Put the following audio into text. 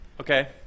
Okay